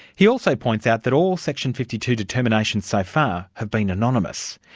he also points out that all section fifty two determinations so far have been anonymous.